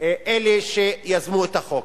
אלה שיזמו את החוק.